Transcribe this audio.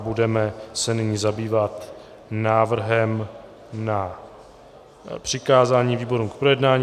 Budeme se nyní zabývat návrhem na přikázání výborům k projednání.